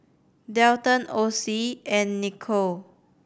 Dalton Ocie and Nichole